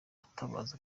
atabaza